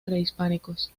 prehispánicos